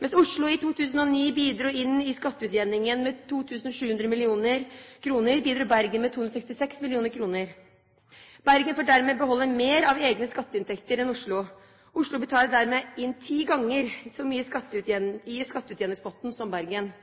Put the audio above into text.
Mens Oslo i 2009 bidro inn i skatteutjevningen med 2 700 mill. kr, bidro Bergen med 266 mill. kr. Bergen får dermed beholde mer av egne skatteinntekter enn Oslo. Oslo betaler dermed inn ti ganger så mye i skatteutjevningspotten som Bergen.